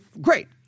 great